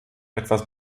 etwas